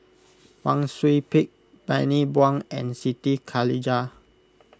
Wang Sui Pick Bani Buang and Siti Khalijah